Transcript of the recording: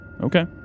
Okay